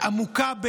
עמוקה.